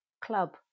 club